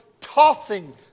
tossing